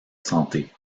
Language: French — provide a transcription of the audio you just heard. santé